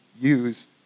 use